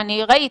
וראית,